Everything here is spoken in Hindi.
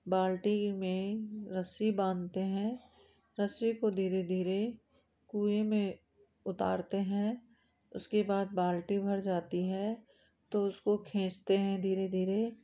बाल्टी में रस्सी बांधते हैं रस्सी को धीरे धीरे कुएँ में उतारते हैं उसके बाद बाल्टी भर जाती है तो उसको खिंचतें हैं धीरे धीरे